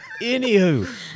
anywho